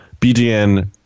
BGN